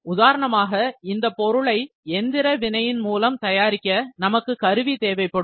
உதாரணமாக இந்த பொருளை எந்திர வினையின் மூலம் தயாரிக்க நமக்கு கருவி தேவைப்படும்